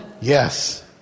Yes